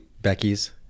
Becky's